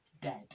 dead